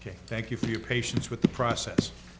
ok thank you for your patience with the process